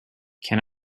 can